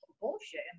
bullshit